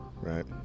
right